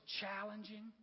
challenging